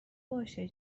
باشه